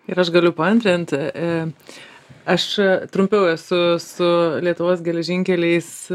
ir aš galiu paantrint aš trumpiau esu su lietuvos geležinkeliais